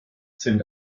sind